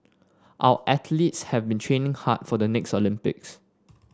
our athletes have been training hard for the next Olympics